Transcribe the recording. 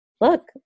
look